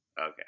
Okay